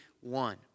one